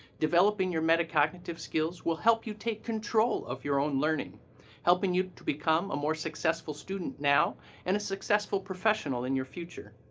developing your metacognitive skills will help you take control of your own learning helping you become a more successful student now and a successful professional in your future.